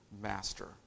master